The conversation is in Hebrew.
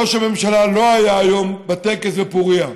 ראש הממשלה לא היה היום בטקס בפוריה.